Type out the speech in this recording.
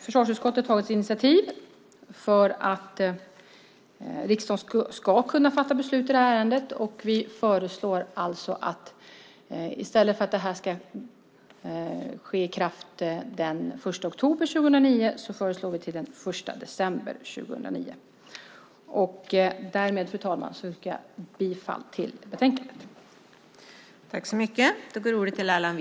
Försvarsutskottet har tagit ett initiativ för att riksdagen ska kunna fatta beslut i ärendet. I stället för att det här ska träda i kraft den 1 oktober 2009 föreslår vi den 1 december 2009. Därmed, fru talman, yrkar jag bifall till förslaget i betänkandet.